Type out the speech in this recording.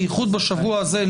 בייחוד השבוע הזה,